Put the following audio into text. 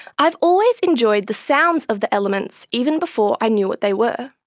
i've always enjoyed the sounds of the elements, even before i knew what they were.